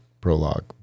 prologue